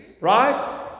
Right